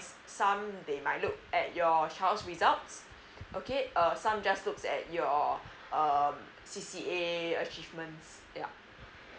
some they might look at your results okay some just looks at your uh C_C_A achievements yeah